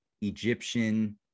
Egyptian